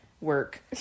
work